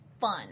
fun